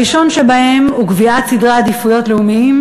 הראשון שבהם הוא קביעת סדרי עדיפויות לאומיים,